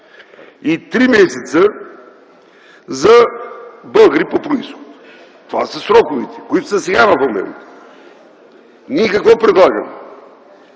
и три месеца – за българи по произход. Това са сроковете, които са сега в момента. Ние какво предлагаме?